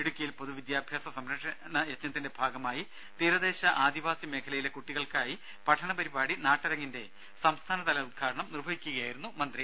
ഇടുക്കിയിൽ പൊതുവിദ്യാഭ്യാസ സംരക്ഷണ യജ്ഞത്തിന്റെ ഭാഗമായി തീരദേശ ആദിവാസി മേഖലയിലെ കുട്ടികൾക്കായി പഠനപരിപാടി നാട്ടരങ്ങിന്റെ സംസ്ഥാനതല ഉദ്ഘാടനം നിർവഹിച്ച് സംസാരിക്കുകയായിരുന്നു മന്ത്രി